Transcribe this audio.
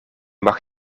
mag